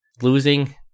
Losing